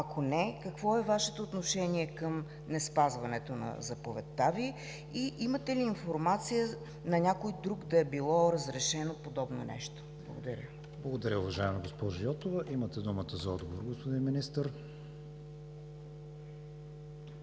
Ако не, какво е Вашето отношение към неспазването на заповедта Ви? Имате ли информация на някой друг да е било разрешено подобно нещо? Благодаря. ПРЕДСЕДАТЕЛ КРИСТИАН ВИГЕНИН: Благодаря, уважаема госпожо Йотова. Имате думата за отговор, господин Министър.